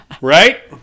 right